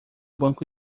banco